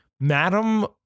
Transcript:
Madam